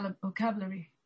vocabulary